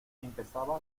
empezaba